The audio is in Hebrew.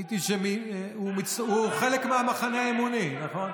ראיתי שהוא חלק מהמחנה האמוני, נכון?